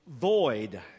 void